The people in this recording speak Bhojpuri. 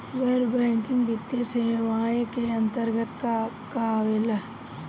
गैर बैंकिंग वित्तीय सेवाए के अन्तरगत का का आवेला?